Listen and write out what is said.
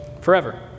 forever